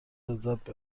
لذت